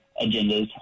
agendas